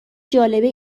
جالبه